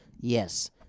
Yes